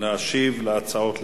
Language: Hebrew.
להשיב על ההצעות לסדר-היום.